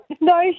No